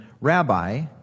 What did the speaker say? Rabbi